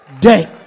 day